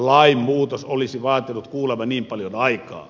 lainmuutos olisi vaatinut kuulemma niin paljon aikaa